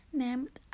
named